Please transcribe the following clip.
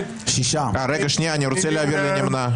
מי נמנע?